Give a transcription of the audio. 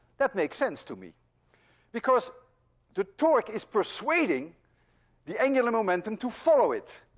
that makes sense to me because the torque is persuading the angular momentum to follow it.